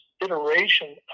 iteration